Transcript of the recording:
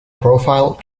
profile